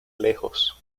lejos